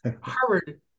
Harvard